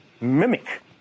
mimic